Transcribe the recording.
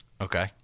Okay